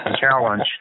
challenge